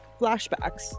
flashbacks